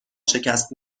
شکست